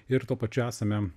ir tuo pačiu esame